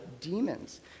demons